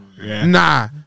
Nah